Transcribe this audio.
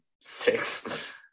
six